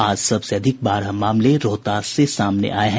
आज सबसे अधिक बारह मामले रोहतास से सामने आये हैं